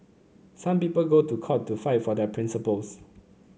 some people go to court to fight for their principles